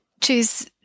choose